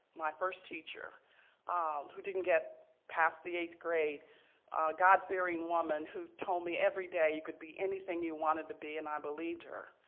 my first teacher ah who didn't get past the eighth grade, a god fearing woman who told me every day you could be anything you wanted to be, and i believed her.